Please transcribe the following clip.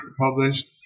published